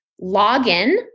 login